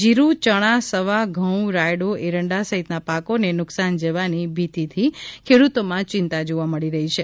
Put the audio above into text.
જીરું યણા સવા ઘઉં રાયડુએરંડા સહિતના પાકોને નુકશાન જવાની ભીતિથી ખેડૂતોમાં ચિંતા જોવા મળી રહી છે